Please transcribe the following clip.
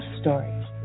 Stories